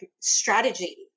strategy